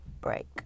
break